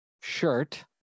shirt